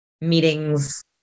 meetings